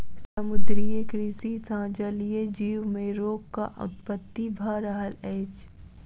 समुद्रीय कृषि सॅ जलीय जीव मे रोगक उत्पत्ति भ रहल अछि